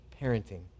parenting